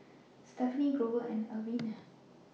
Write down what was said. Stefanie Grover and Alvena